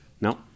No